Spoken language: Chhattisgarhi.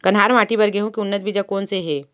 कन्हार माटी बर गेहूँ के उन्नत बीजा कोन से हे?